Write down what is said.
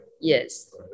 Yes